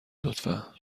لطفا